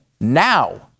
Now